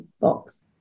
box